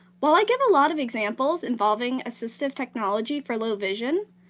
while i give a lot of examples involving assistive technology for low vision,